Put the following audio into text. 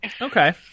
Okay